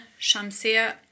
Shamsia